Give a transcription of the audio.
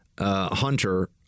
Hunter